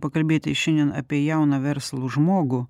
pakalbėti šiandien apie jauną verslų žmogų